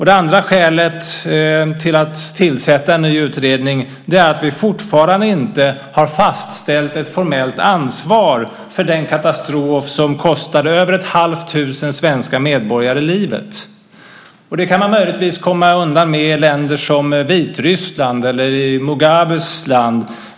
Det andra skälet till att tillsätta en ny utredning är att vi fortfarande inte har fastställt ett formellt ansvar för den katastrof som kostade över ett halvt tusen svenska medborgare livet. Det kan man möjligtvis komma undan med i länder som Vitryssland eller Mugabes land.